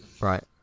right